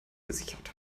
gesichert